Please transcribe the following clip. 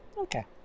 Okay